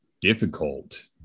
difficult